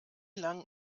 lang